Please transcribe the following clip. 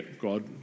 God